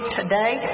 today